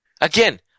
Again